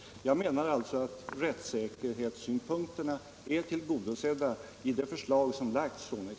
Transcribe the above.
Jag menar alltså att rättssäkerhetssynpunkterna är tillgodosedda i det förslag som lagts från ex